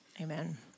Amen